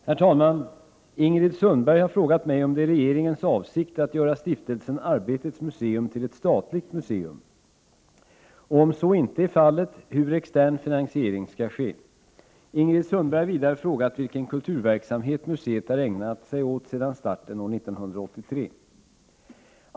Herr talman! Ingrid Sundberg har frågat mig om det är regeringens avsikt att göra Stiftelsen Arbetets museum till ett statligt museum och, om så icke är fallet, hur extern finansiering skall ske. Ingrid Sundberg har vidare frågat vilken kulturverksamhet museet har ägnat sig åt sedan starten år 1983.